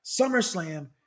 SummerSlam